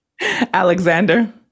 Alexander